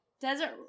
Desert